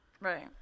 Right